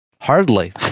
Hardly